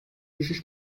düşüş